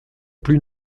plus